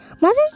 mothers